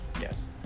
Yes